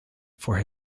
for